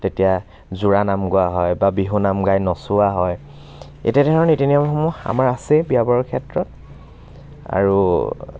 তেতিয়া জোৰানাম গোৱা হয় বা বিহুনাম গাই নচুৱা হয় এতিয়া তেনেধৰণৰ নীতি নিয়মসমূহ আমাৰ আছে বিয়া বাৰুৰ ক্ষেত্ৰত আৰু